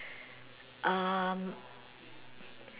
um